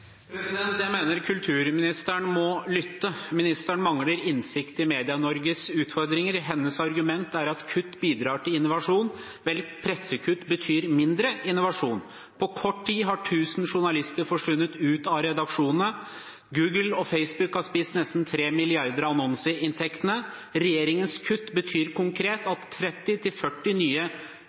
Jeg mener kulturministeren må lytte. Ministeren mangler innsikt i Medie-Norges utfordringer. Hennes argument er at kutt bidrar til innovasjon. Vel, pressekutt betyr mindre innovasjon. På kort tid har 1 000 journalister forsvunnet ut av redaksjonene. Google og Facebook har spist nesten 3 mrd. kr av annonseinntektene. Regjeringens kutt betyr konkret at